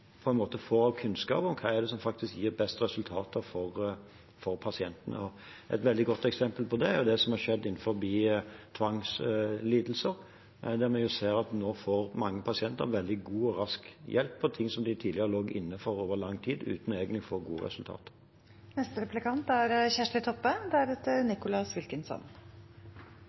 faktisk gir best resultater for pasientene. Et veldig godt eksempel på det er det som har skjedd innen tvangslidelser, der vi ser at mange pasienter nå får veldig god og rask hjelp på ting som de tidligere lå inne for over lang tid uten egentlig å få gode resultater. Statsråden er